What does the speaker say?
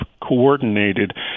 coordinated